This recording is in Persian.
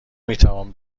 میتوان